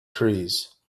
trees